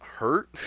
hurt